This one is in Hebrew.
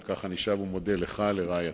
ועל כך אני שב ומודה לך ולרעייתך.